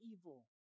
evil